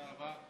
תודה רבה.